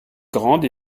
grande